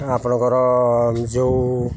ଆପଣଙ୍କର ଯେଉଁ